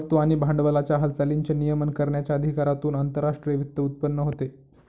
वस्तू आणि भांडवलाच्या हालचालींचे नियमन करण्याच्या अधिकारातून आंतरराष्ट्रीय वित्त उत्पन्न होते